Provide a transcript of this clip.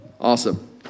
Awesome